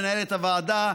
מנהלת הוועדה,